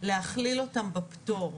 להכליל אותם בפטור,